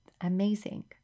amazing